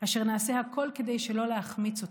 אשר נעשה הכול כדי שלא להחמיץ אותן"